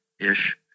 ish